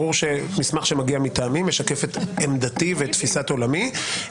ברור שמסמך שמגיע מטעמי משקף את עמדתי ואת תפיסת עולמי.